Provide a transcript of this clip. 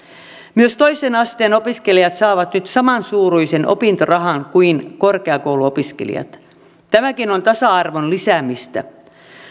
myös toisen asteen opiskelijat saavat nyt samansuuruisen opintorahan kuin korkeakouluopiskelijat tämäkin on tasa arvon lisäämistä